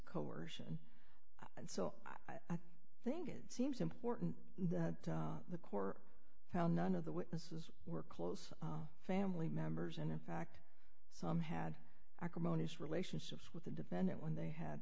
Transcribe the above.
coercion i and so i think i think it seems important that the core how none of the witnesses were close family members and in fact some had acrimonious relationships with the defendant when they had